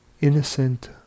innocent